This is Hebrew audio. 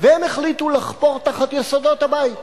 והם החליטו לחפור תחת יסודות הבית.